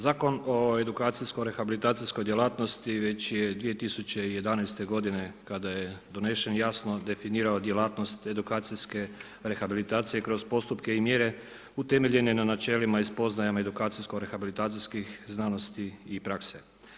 Zakon o edukacijsko rehabilitacijskoj djelatnosti već je 2011. godine kada je donesen jasno definirao djelatnost edukacijske rehabilitacije kroz postupke i mjere utemeljene na načelima i spoznajama edukacijsko-rehabilitacijskih znanosti i prakse.